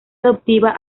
adoptiva